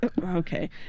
Okay